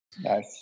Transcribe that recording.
Nice